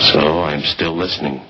so i'm still listening